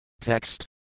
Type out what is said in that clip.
Text